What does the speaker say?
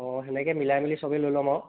অঁ তেনেকৈ মিলাই মেলি চবে লৈ ল'ম আৰু